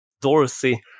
Dorothy